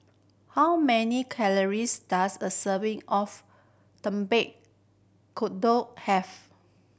how many calories does a serving of have